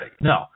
No